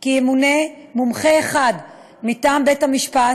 כי ימונה מומחה אחד מטעם בית-המשפט,